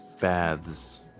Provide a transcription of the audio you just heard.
Baths